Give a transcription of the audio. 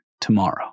tomorrow